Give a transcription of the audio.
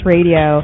Radio